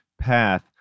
path